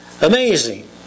amazing